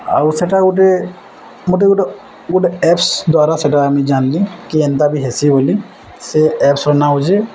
ଆଉ ସେଟା ଗୋଟେ ମୋତେ ଗୋଟେ ଗୋଟେ ଆପ୍ସ୍ ଦ୍ଵାରା ସେଟା ଆମେ ଜାନ୍ଲି କି ଏନ୍ତା ବି ହେସି ବୋଲି ସେ ଆପ୍ସ୍ର ନା ହଉଛେ